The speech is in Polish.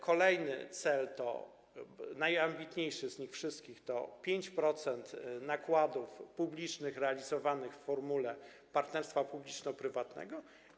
Kolejny cel, najambitniejszy z nich wszystkich, to 5% nakładów publicznych realizowanych w formule partnerstwa publiczno-prywatnego.